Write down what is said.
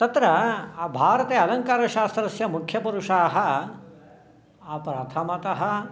तत्र भारते अलङ्कारशास्त्रस्य मुख्यपुरुषाः प्रथमतः